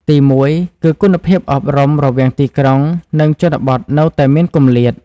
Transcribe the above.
ទីមួយគឺ គុណភាពអប់រំរវាងទីក្រុង និងជនបទនៅតែមានគម្លាត។